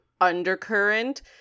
undercurrent